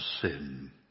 sin